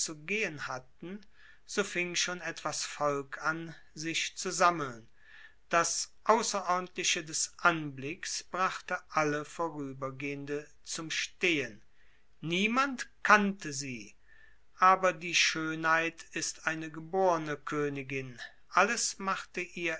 hatten so fing schon etwas volk an sich zu sammeln das außerordentliche des anblicks brachte alle vorübergehende zum stehen niemand kannte sie aber die schönheit ist eine geborne königin alles machte ihr